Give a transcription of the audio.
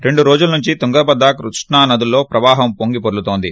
రెండు రోజుల నుంచి తుంగభద్ర కృష్ణా నదుల ప్రవాహం పొంగి పోర్లోతోంది